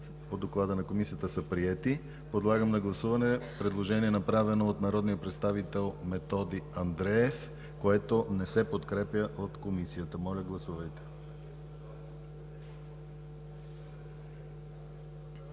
по доклада на Комисията, е прието. Подлагам на гласуване предложение направено от народния представител Методи Андреев, което не се подкрепя от Комисията. Моля, гласувайте.